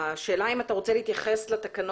השאלה היא אם אתה רוצה להתייחס לתקנות